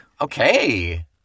okay